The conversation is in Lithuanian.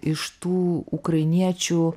iš tų ukrainiečių